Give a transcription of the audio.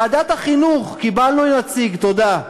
ועדת החינוך, קיבלנו נציג, תודה.